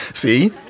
see